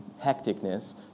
hecticness